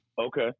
Okay